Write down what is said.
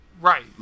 Right